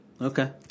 Okay